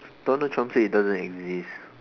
Donald Trump said it doesn't exist